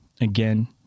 Again